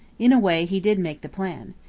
in a way he did make the plan.